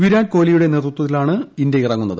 വിരാട് കോഹ്ലിയുടെ നേതൃത്വത്തിലാണ് ഇന്ത്യ ഇറങ്ങുന്നത്